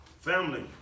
Family